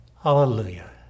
hallelujah